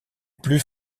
plus